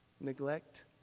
neglect